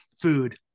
food